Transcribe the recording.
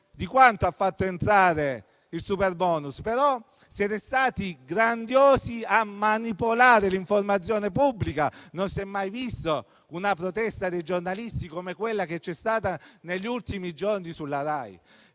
di quanto ha fatto entrare il superbonus? Però siete stati grandiosi a manipolare l'informazione pubblica. Non si è mai vista una protesta dei giornalisti come quella che c'è stata negli ultimi giorni sulla Rai.